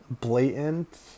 blatant